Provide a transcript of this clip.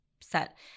set